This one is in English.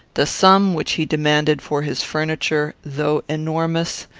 the sum which he demanded for his furniture, though enormous,